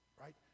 right